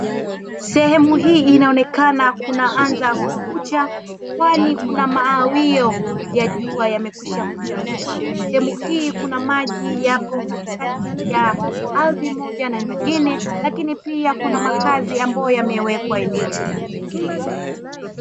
Sehemu hii inaonekana inaanza kukucha kwani kuna mawio ya jua yamekwisha kuchanua, sehemu hii kuna maji yapo katikati ya ardhi moja na nyingine lakini pia kuna makazi ambayo yamewekwa katika eneo hili.